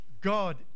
God